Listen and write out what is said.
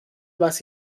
was